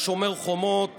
בשומר החומות